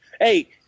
Hey